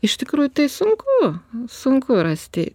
iš tikrųjų tai sunku sunku rasti